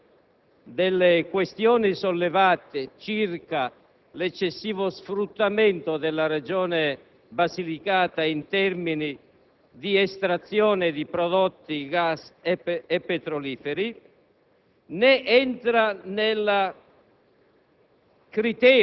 ma non entra né nel merito delle questioni sollevate circa l'eccessivo sfruttamento della Regione Basilicata in termini di estrazione di prodotti gassosi e petroliferi,